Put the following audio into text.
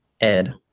Ed